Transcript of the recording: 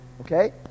Okay